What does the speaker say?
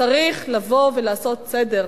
צריך לבוא ולעשות סדר.